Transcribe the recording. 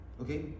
okay